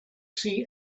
see